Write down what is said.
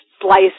sliced